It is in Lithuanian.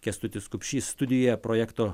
kęstutis kupšys studijoje projekto